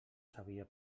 sabia